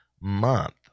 month